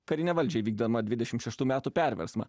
karinę valdžią vykdama dvidešimt šeštų metų perversmą